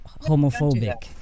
homophobic